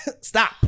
Stop